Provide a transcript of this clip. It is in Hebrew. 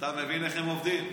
מבין איך הם עובדים?